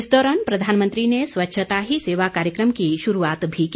इस दौरान प्रधानमंत्री ने स्वच्छता ही सेवा कार्यक्रम की शुरूआत भी की